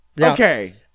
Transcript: Okay